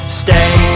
stay